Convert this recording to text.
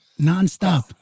nonstop